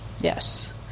yes